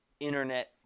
internet